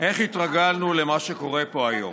איך התרגלנו למה שקורה פה היום?